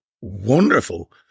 wonderful